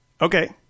Okay